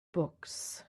books